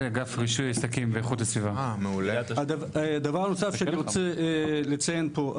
שאני רוצה לציין פה.